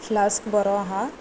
flask बरो आसा